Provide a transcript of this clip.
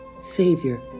Savior